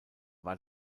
war